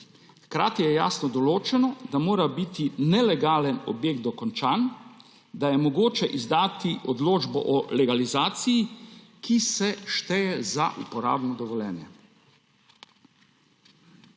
Hkrati je jasno določeno, da mora biti nelegalni objekt dokončan, da je mogoče izdati odločbo o legalizaciji, ki se šteje za uporabno dovoljenje.